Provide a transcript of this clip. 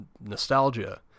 nostalgia